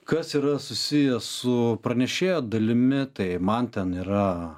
kas yra susiję su pranešėjo dalimi tai man ten yra